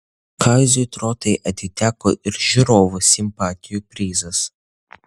kaziui trotai atiteko ir žiūrovų simpatijų prizas